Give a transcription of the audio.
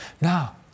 Now